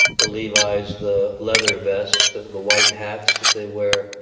the levis, the leather vests, the the white hats that they wear.